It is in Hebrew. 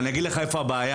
ואני אגיד לך איפה הבעיה,